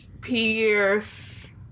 Pierce